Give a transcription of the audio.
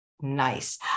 Nice